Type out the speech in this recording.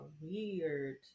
weird